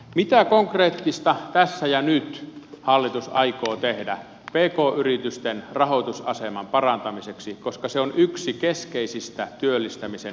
mitä konkreettista tässä ja nyt hallitus aikoo tehdä pk yritysten rahoitusaseman parantamiseksi koska se on yksi keskeisistä työllistämisen esteistä tänä päivänä